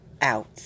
out